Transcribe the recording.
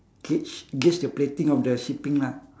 gauge gauge the plating of the shipping lah